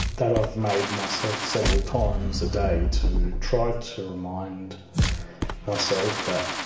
that i've made myself several times a day to try to remind myself that